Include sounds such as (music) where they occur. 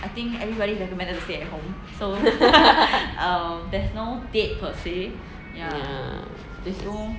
(laughs)